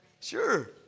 Sure